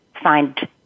find